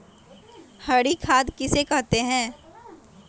हरी खाद किसे कहते हैं?